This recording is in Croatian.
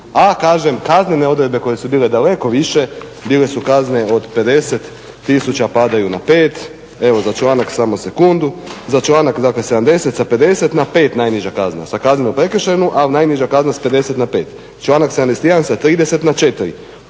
A, kažem, kaznene odredbe koje su bile daleko više, bile su kazne od 50 tisuća padaju na 5, evo za članak, samo sekundu, za članak 70. sa 50 na 5 najniža kazna, sa kazne na prekršajnu, a najniža kazna sa 50 na 5, članak 71. sa 30 na 4,